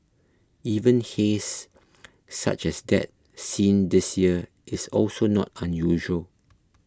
even haze such as that seen this year is also not unusual